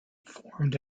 formed